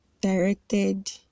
directed